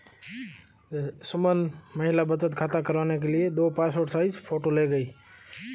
सुमन महिला बचत खाता करवाने के लिए दो पासपोर्ट साइज फोटो ले गई